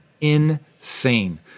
insane